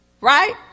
Right